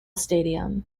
stadium